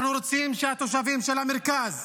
אנחנו רוצים שהתושבים של המרכז,